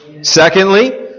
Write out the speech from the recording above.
Secondly